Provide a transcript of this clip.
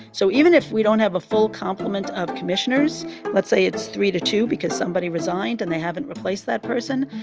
so even if we don't have a full complement of commissioners let's say it's three to two because somebody resigned and they haven't replaced that person.